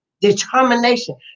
Determination